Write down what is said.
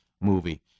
movie